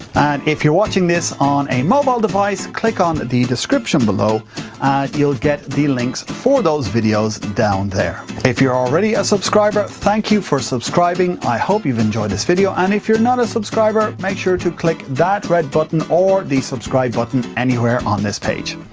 and if you're watching this on a mobile device, click on the description below and you'll get the links for those videos, down there. if you're already a subscriber, thank you for subscribing. i hope you've enjoyed this video and if you're not a subscriber, make sure to click that red button or the subscribe button anywhere on this page.